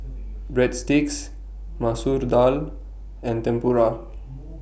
Breadsticks Masoor Dal and Tempura